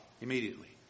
Immediately